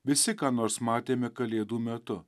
visi ką nors matėme kalėdų metu